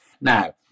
Now